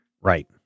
Right